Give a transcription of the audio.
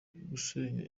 gusenya